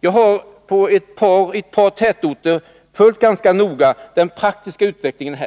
Jag har ganska noga följt den praktiska utvecklingen i ett